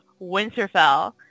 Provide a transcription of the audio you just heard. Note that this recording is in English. Winterfell